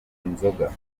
inzoga